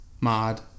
mod